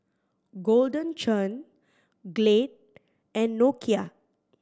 Golden Churn Glade and Nokia